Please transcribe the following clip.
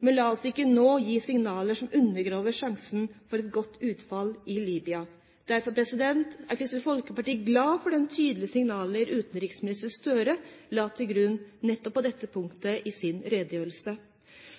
Men la oss ikke nå gi signaler som undergraver sjansen for et godt utfall i Libya. Derfor er Kristelig Folkeparti glad for de tydelige signaler utenriksminister Gahr Støre la til grunn nettopp på dette punktet i sin redegjørelse,